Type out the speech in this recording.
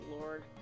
lord